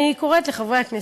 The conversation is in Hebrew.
אני קוראת לחברי הכנסת,